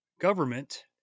government